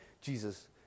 jesus